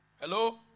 Hello